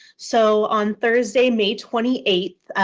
so on thursday, may twenty eighth,